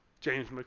James